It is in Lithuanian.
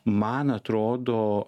man atrodo